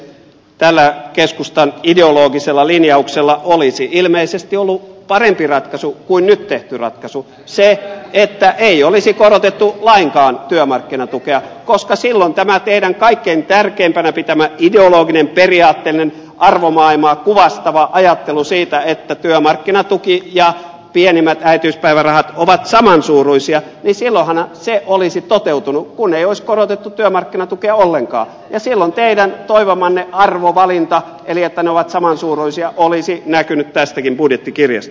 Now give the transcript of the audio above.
tällä keskustan ideologisella linjauksella olisi ilmeisesti ollut parempi ratkaisu kuin nyt tehty ratkaisu se että ei olisi korotettu lainkaan työmarkkinatukea koska silloinhan tämä teidän kaikkein tärkeimpänä pitämänne ideologinen periaatteellinen arvomaailmaa kuvastava ajatus siitä että työmarkkinatuki ja pienimmät äitiyspäivärahat ovat saman suuruisia olisi toteutunut kun ei olisi korotettu työmarkkinatukea ollenkaan ja silloin teidän toivomanne arvovalinta eli se että ne ovat saman suuruisia olisi näkynyt tästäkin budjettikirjasta